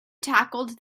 tackled